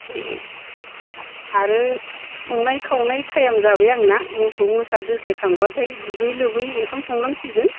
आरो संनाय खावनाय टाइम जाबाय आंना मोसौ मोसा दोस्लायखांबाथाय दुगै लोबै ओंखाम संनांसिगोन